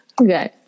Okay